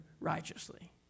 righteously